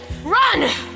run